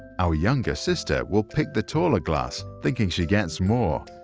our younger sister will pick the taller glass thinking she gets more.